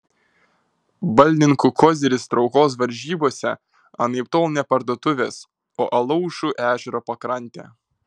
balninkų koziris traukos varžybose anaiptol ne parduotuvės o alaušų ežero pakrantė